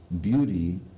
beauty